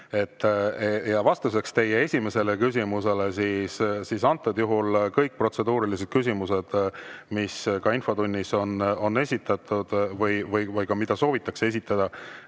Vastuseks teie esimesele küsimusele: kõik protseduurilised küsimused, mis ka infotunnis on esitatud või mida soovitakse esitada,